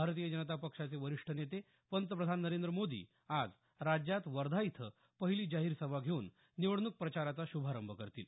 भारतीय जनता पक्षाचे वरीष्ठ नेते पंतप्रधान नरेंद्र मोदी आज राज्यात वर्धा इथं पहिली जाहीर सभा घेऊन निवडणूक प्रचाराचा श्भारंभ करतील